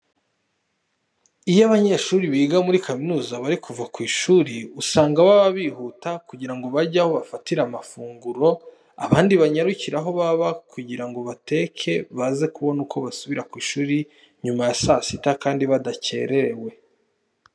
Iyo abanyeshuri biga muri kaminuza bari kuva ku ishuri usanga baba bihuta kugira ngo bajye aho bafatira amafunguro, abandi banyarukire aho baba kugira ngo bateke baze kubona uko basubira ku ishuri nyuma ya saa sita kandi badakererewe.